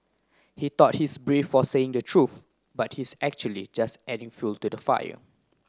he thought he's brave for saying the truth but he's actually just adding fuel to the fire